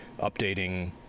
updating